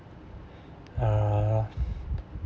uh